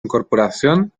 incorporación